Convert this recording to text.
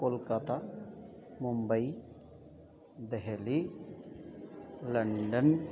Kolkata Mumbai Delhi London